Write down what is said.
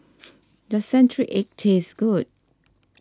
does Century Egg taste good